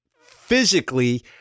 physically